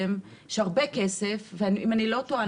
כשיש הרבה כסף אם אני לא טועה,